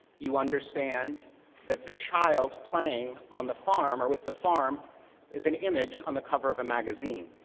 you understand that the child playing on the farm or with the farm is an image on the cover of a magazine.